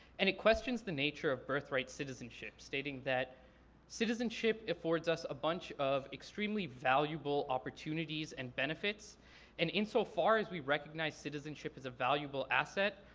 and it questions the nature of birthright citizenship stating that citizenship affords us a bunch of extremely valuable opportunities and benefits and in so far as we recognize citizenship as a valuable asset,